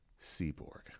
Seaborg